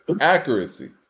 Accuracy